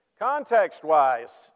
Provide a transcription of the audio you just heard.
Context-wise